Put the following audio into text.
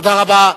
תודה רבה.